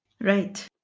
Right